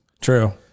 True